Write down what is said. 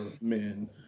men